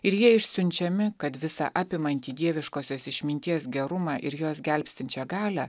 ir jie išsiunčiami kad visa apimantį dieviškosios išminties gerumą ir jos gelbstinčią galią